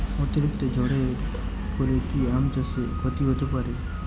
অতিরিক্ত ঝড়ের ফলে কি আম চাষে ক্ষতি হতে পারে?